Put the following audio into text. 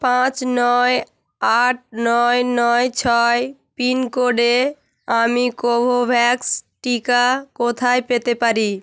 পাঁচ নয় আট নয় নয় ছয় পিনকোডে আমি কোভোভ্যাক্স টিকা কোথায় পেতে পারি